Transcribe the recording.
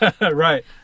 Right